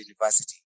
university